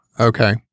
okay